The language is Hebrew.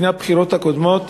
לפני הבחירות הקודמות,